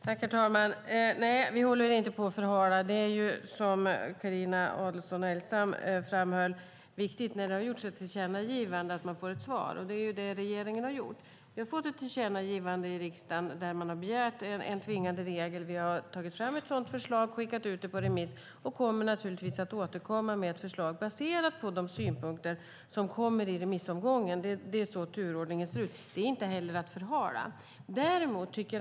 Herr talman! Nej, vi förhalar inte. Som Carina Adolfsson Elgestam framhöll är det viktigt när det gjorts ett tillkännagivande att få svar. Det har också skett. Vi har fått ett tillkännagivande i riksdagen där man begärt en tvingande regel. Vi har tagit fram ett sådant förslag, skickat ut det på remiss och kommer naturligtvis att återkomma med ett förslag baserat på de synpunkter som kommer fram i remissvaren. Det är så turordningen ser ut. Det är inte att förhala.